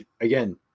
again